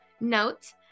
note